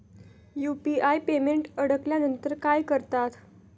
UPI payment अडकल्यावर काय करतात?